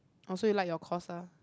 oh so you like your course lah